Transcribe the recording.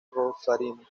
rosarino